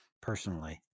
personally